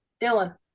Dylan